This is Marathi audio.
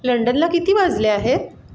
लंडनला किती वाजले आहेत